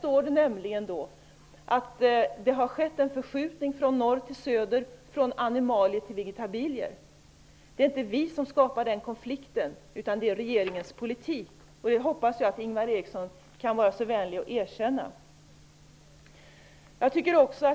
I propositionen står det att det har skett en förskjutning från norr till söder och från animalier till vegetabilier. Det är inte vi som skapar den konflikten, utan det är regeringens politik. Jag hoppas att Ingvar Eriksson kan vara så vänlig att erkänna det.